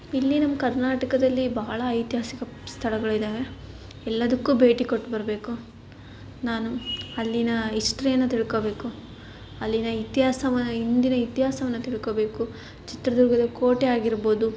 ಇಲ್ಲಿ ನಮ್ಮ ಕರ್ನಾಟಕದಲ್ಲಿ ಬಹಳ ಐತಿಹಾಸಿಕ ಸ್ಥಳಗಳಿದ್ದಾವೆ ಎಲ್ಲದಕ್ಕೂ ಭೇಟಿ ಕೊಟ್ಟು ಬರಬೇಕು ನಾನು ಅಲ್ಲಿನ ಇಸ್ಟ್ರಿಯನ್ನು ತಿಳ್ಕೊಬೇಕು ಅಲ್ಲಿನ ಇತಿಹಾಸವ ಹಿಂದಿನ ಇತಿಹಾಸವನ್ನ ತಿಳ್ಕೊಬೇಕು ಚಿತ್ರದುರ್ಗದ ಕೋಟೆ ಆಗಿರ್ಬೊದು